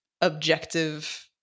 objective